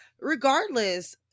regardless